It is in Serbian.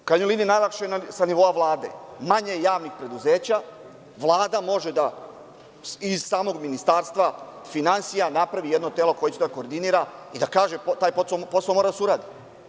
U krajnjoj liniji najlakše je sa nivoa Vlade, manje javnih preduzeća Vlada može da iz samog Ministarstva finansija napravi jedno telo koje će da koordinira i da kaže taj posao mora da se uradi.